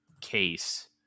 case